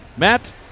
Matt